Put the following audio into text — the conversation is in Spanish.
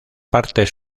partes